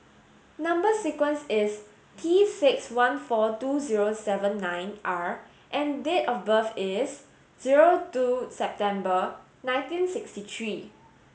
number sequence is T six one four two zero seven nine R and date of birth is zero two September nineteen sixty three